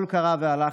הקול קרא והלכתי.